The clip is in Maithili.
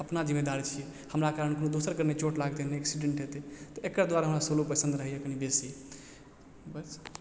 अपना जिम्मेदार छी हमरा कारण कोनो दोसरके नहि चोट लागतइ ने एक्सीडेन्ट हेतय तऽ एकर दुआरे हमरा सोलो पसन्द रहइए कनी बेसी बस